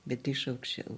bet iš aukščiau